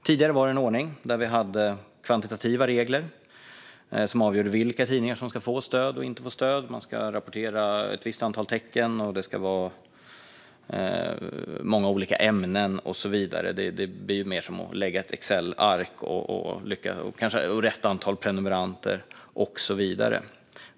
Tidigare hade vi en ordning där vi hade kvantitativa regler som avgjorde vilka tidningar som skulle få stöd och inte. Man skulle rapportera ett visst antal tecken, det skulle vara många olika ämnen, det skulle vara rätt antal prenumeranter och så vidare. Det var mer som att jobba med ett Excelark.